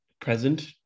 present